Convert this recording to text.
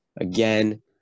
again